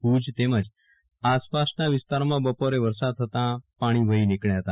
ભુજ તેમજ આસપાસના વિસ્તારોમાં બપોરે વરસાદ થતાં પાણી વહી નીકળ્યા હતા